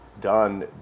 done